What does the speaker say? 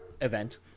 event